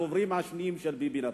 הדוברים השניים של ביבי נתניהו,